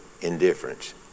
indifference